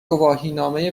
گواهی